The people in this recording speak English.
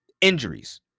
injuries